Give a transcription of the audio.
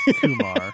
Kumar